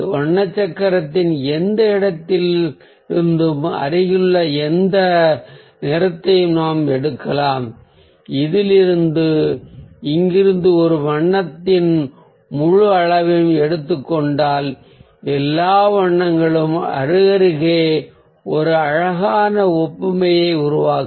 வண்ண சக்கரத்தின் எந்த இடத்திலிருந்தும் அருகிலுள்ள எந்த நிறத்தையும் நாம் எடுக்கலாம் இங்கிருந்து ஒரு வண்ணத்தின் முழு அளவையும் எடுத்துக் கொண்டால் எல்லா வண்ணங்களும் அருகருகே ஒரு அழகான ஒப்புமையை உருவாக்கும்